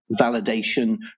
validation